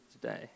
today